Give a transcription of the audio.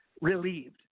relieved